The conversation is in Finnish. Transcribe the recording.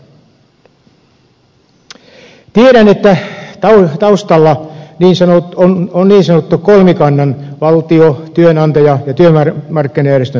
tiedän että taustalla on niin sanotun kolmikannan valtion työnantajan ja työmarkkinajärjestöjen sopimus